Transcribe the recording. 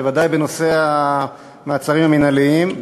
בוודאי בנושא המעצרים המינהליים,